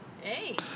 Hey